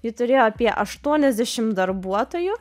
ji turėjo apie aštuniasdešim darbuotojų